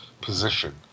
position